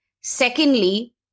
Secondly